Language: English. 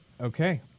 Okay